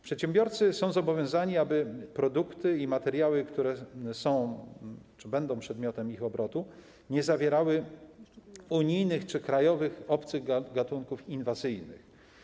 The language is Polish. Przedsiębiorcy są zobowiązani do tego, aby produkty i materiały, które są czy będą przedmiotem ich obrotu, nie zawierały unijnych czy krajowych obcych gatunków inwazyjnych.